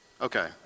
Okay